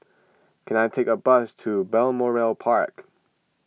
can I take a bus to Balmoral Park